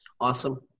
Awesome